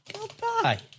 Goodbye